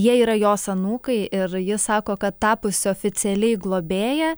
jie yra jos anūkai ir ji sako kad tapusi oficialiai globėja